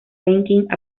ranking